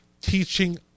teaching